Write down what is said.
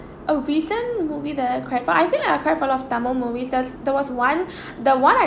a recent movie that I cried for I feel like I cry for a lot of tamil movies does there was one the one I